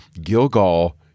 Gilgal